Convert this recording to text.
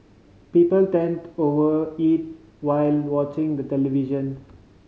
people tend over eat while watching the television